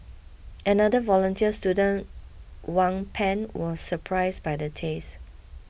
another volunteer student Wang Pan was surprised by the taste